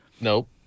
Nope